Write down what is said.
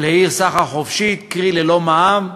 לעיר סחר חופשי, קרי ללא מע"מ,